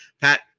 Pat